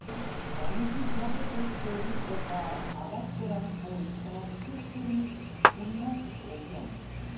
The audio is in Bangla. বাণিজ্যিকভাবত যে চেরির জাত আবাদ করাং হই তা বিশেষ করি প্রুনাস অভিয়াম